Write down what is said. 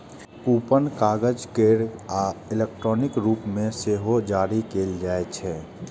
coupon कागज केर आ इलेक्ट्रॉनिक रूप मे सेहो जारी कैल जाइ छै